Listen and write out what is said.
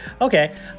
okay